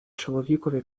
чоловікові